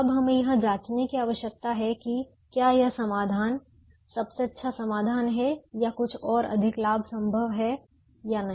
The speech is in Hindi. अब हमें यह जांचने की आवश्यकता है कि क्या यह समाधान सबसे अच्छा समाधान है या कुछ और अधिक लाभ संभव है या नहीं